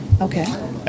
Okay